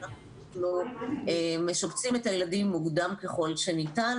אנחנו משבצים את הילדים מוקדם ככל שניתן.